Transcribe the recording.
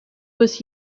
was